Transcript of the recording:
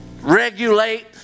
regulate